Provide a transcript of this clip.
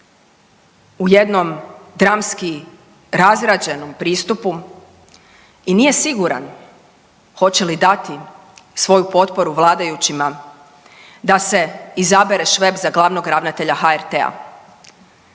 u jednom dramski razrađenom pristupu i nije siguran hoće li dati svoju potporu vladajućima da se izabere Šveb za glavnog ravnatelja HRT-a.